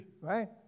right